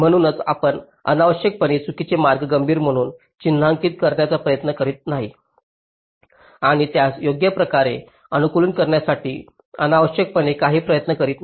म्हणूनच आपण अनावश्यकपणे चुकीचे मार्ग गंभीर म्हणून चिन्हांकित करण्याचा प्रयत्न करीत नाही आणि त्यास योग्य प्रकारे अनुकूलित करण्यासाठी अनावश्यकपणे काही प्रयत्न करीत नाही